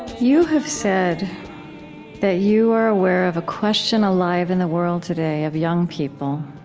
you have said that you are aware of a question alive in the world today of young people